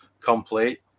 complete